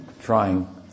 trying